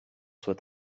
soit